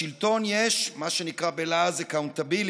לשלטון יש מה שנקרא בלעז accountability,